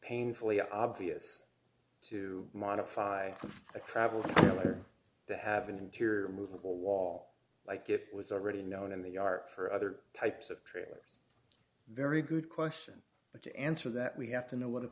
painfully obvious to modify a travel to have an interior movable wall like it was already known in the ark for other types of trailers very good question but to answer that we have to know what